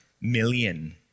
million